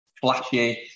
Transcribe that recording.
flashy